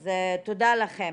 אז תודה לכם.